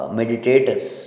meditators